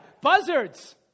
Buzzards